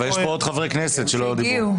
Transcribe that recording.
אבל יש פה עוד חברי כנסת שלא דיברו.